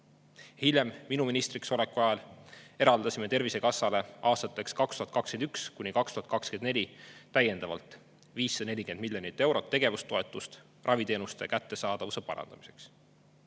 Hiljem, minu ministriks oleku ajal eraldasime Tervisekassale aastateks 2021–2024 täiendavalt 540 miljonit eurot tegevustoetust raviteenuste kättesaadavuse parandamiseks.